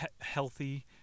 healthy